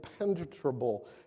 impenetrable